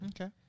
Okay